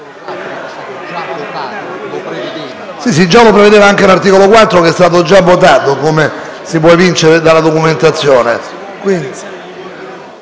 era già previsto all'articolo 4, che è stato votato, come si può evincere dalla documentazione.